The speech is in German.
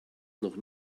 noch